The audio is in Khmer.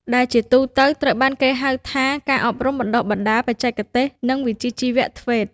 ដែលជាទូទៅត្រូវបានគេហៅថា ការអប់រំបណ្ដុះបណ្ដាលបច្ចេកទេស និងវិជ្ជាជីវៈ (TVET)។